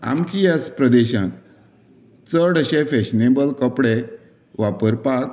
आमची एसपरेशन चड अशे फेशनेबल कपडे वापरपाक